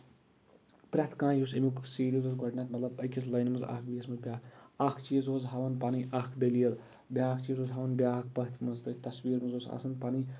پرٮ۪تھ کانٛہہ یُس اَمیُک سیٖریٖز اوس گۄڈٕنیتھ مطلب أکِس لٲنہِ منٛز اکھ بیٚیس لٲنہِ منٛز بیاکھ اکھ چیٖز اوس ہاوان پَنٕنۍ اکھ دٔلیٖل بیاکھ چیٖز اوس ہاوان بیاکھ پَتھ منٛز تَتھ تصویٖر منٛز اوس آسان پَنٕںۍ